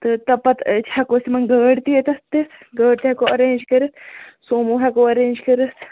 تہٕ تۄ پَتہٕ أسۍ ہٮ۪کو أسۍ تِمَن گٲڑۍ تہِ ییٚتٮ۪تھ دِتھ گٲڑۍ تہِ ہٮ۪کو اَرینٛج کٔرِتھ سومو ہٮ۪کو اَرینٛج کٔرِتھ